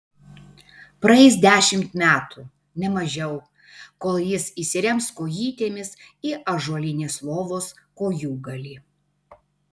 praeis dešimt metų ne mažiau kol jis įsirems kojytėmis į ąžuolinės lovos kojūgalį